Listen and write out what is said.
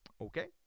Okay